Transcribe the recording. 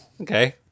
okay